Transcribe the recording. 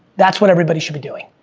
that's what everybody should be doing,